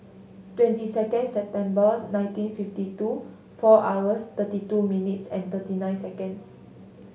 twenty second September nineteen fifty two four hours thirty two minutes and thirty nine seconds